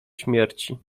śmierci